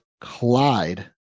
Clyde